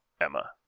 Emma